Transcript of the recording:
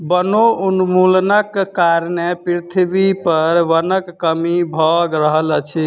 वनोन्मूलनक कारणें पृथ्वी पर वनक कमी भअ रहल अछि